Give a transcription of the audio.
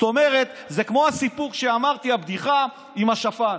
זה כמו הסיפור שאמרתי, הבדיחה עם השפן: